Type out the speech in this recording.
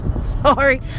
sorry